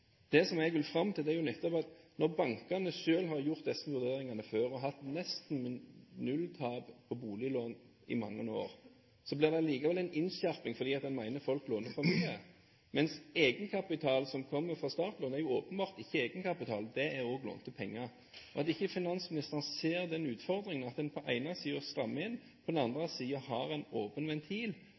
Det som jeg vil fram til, er: Når nettopp bankene selv har gjort disse vurderingene tidligere, og hatt nesten null i tap på boliglån i mange år, blir det allikevel en innskjerping, fordi en mener folk låner for mye, mens egenkapital som kommer fra startlån, åpenbart ikke er egenkapital; det er også lånte penger. Ser ikke finansministeren den utfordringen: På den ene siden strammer man inn, og på den andre siden har man en åpen ventil